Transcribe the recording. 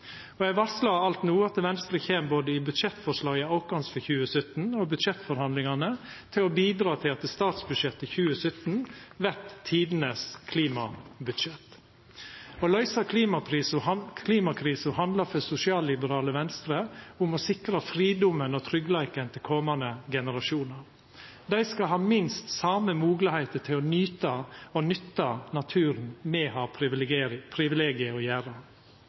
Eg varslar alt no at Venstre både i budsjettforslaget vårt for 2017 og i budsjettforhandlingane kjem til å bidra til at statsbudsjettet 2017 vert tidenes klimabudsjett. Å løysa klimakrisa handlar for sosialliberale Venstre om å sikra fridomen og tryggleiken til komande generasjonar. Dei skal ha minst same moglegheiter til å nyta og nytta naturen som me har privilegiet å gjera.